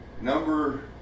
Number